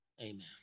amen